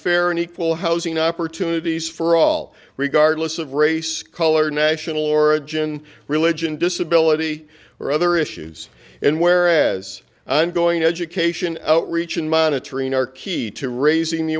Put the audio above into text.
fair and equal housing opportunities for all regardless of race color or national origin religion disability or other issues and whereas going education outreach and monitoring are key to raising the